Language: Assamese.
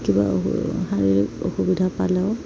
কিবা অ শাৰীৰিক অসুবিধা পালেও